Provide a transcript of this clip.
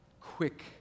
quick